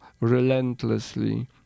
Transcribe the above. relentlessly